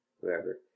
whoever